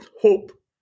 hope